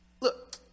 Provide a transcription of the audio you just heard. Look